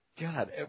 God